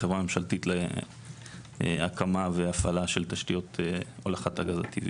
חברה ממשלתית להקמה והפעלה של תשתיות להולכת הגז הטבעי.